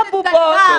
חברת הכנסת זנדברג.